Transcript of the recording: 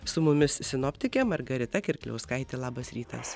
su mumis sinoptikė margarita kirkiliauskaitė labas rytas